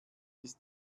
bis